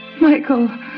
Michael